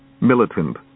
militant